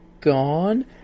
gone